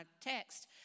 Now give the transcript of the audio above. text